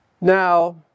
now